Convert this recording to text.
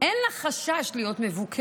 אין לה חשש להיות מבוקרת.